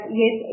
yes